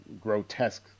grotesque